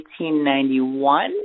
1891